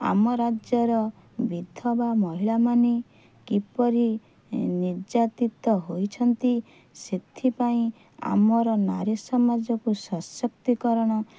ଆମ ରାଜ୍ୟର ବିଧବା ମହିଳା ମାନେ କିପରି ନିର୍ଯାତିତ ହୋଇଛନ୍ତି ସେଥିପାଇଁ ଆମର ନାରୀ ସମାଜକୁ ସଶକ୍ତିକରଣ